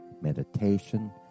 meditation